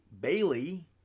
bailey